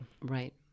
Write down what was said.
right